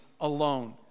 alone